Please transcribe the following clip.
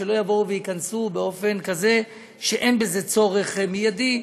שלא יבואו וייכנסו באופן כזה שאין בזה צורך מיידי,